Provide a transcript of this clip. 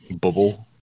bubble